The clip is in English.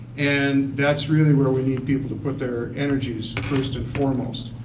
and that's really where we need people to put their energies first and foremost.